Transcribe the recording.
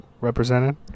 represented